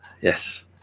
Yes